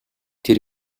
тэр